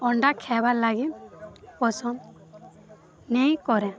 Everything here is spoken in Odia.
ଅଣ୍ଡା ଖାଇବାର୍ ଲାଗି ପସନ୍ଦ ନେଇଁ କରେ